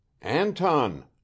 Anton